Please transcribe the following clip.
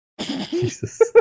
Jesus